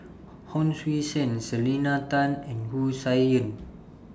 Hon Sui Sen Selena Tan and Wu Tsai Yen